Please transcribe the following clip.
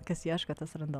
kas ieško tas randa